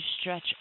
stretch